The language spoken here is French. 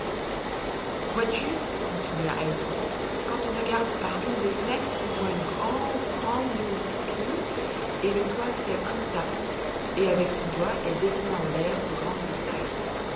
vois-tu continua heidi quand on regarde par une des fenêtres on voit une grande grande maison toute grise et le toit fait comme ça et avec son doigt elle dessina en l'air de grands